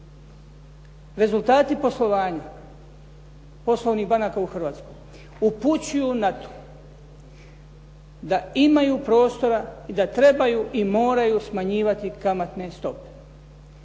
Rezultati poslovanja poslovnih banaka u Hrvatskoj upućuju na to da imaju prostora i da trebaju i moraju smanjivati kamatne stope.